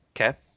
Okay